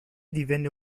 divenne